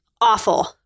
awful